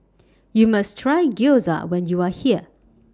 YOU must Try Gyoza when YOU Are here